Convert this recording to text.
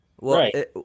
Right